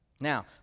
Now